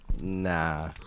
Nah